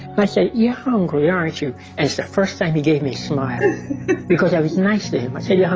i said, you're hungry, aren't you? and it's the first time he gave me a smile because i was nice to him i said, yeah